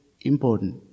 important